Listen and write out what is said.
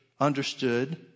understood